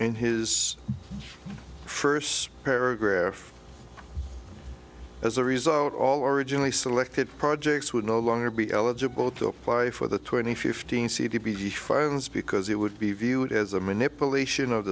in his first paragraph as a result all originally selected projects would no longer be eligible to apply for the twenty fifteen c d p fines because it would be viewed as a manipulation of